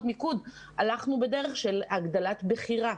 מיקוד כי הלכנו בהם בדרך של הגדלת הבחירה.